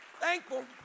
Thankful